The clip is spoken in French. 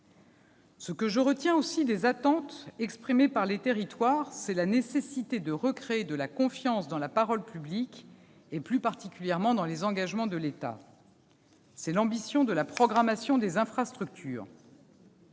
Ce que je retiens aussi des attentes exprimées par les territoires, c'est la nécessité de recréer de la confiance dans la parole publique et, plus particulièrement, dans les engagements de l'État. Telle est l'ambition de la programmation des infrastructures.